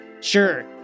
Sure